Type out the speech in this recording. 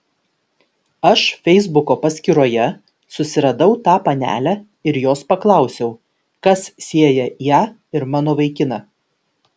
aš feisbuko paskyroje susiradau tą panelę ir jos paklausiau kas sieja ją ir mano vaikiną